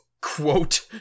quote